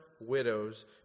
widows